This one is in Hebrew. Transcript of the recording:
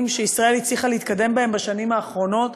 שישראל הצליחה להתקדם בהם בשנים האחרונות.